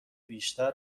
بیشتر